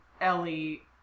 Ellie